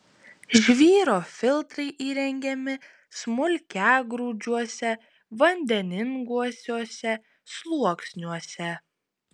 žvyro filtrai įrengiami smulkiagrūdžiuose vandeninguosiuose sluoksniuose